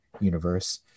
universe